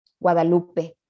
Guadalupe